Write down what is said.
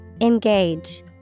Engage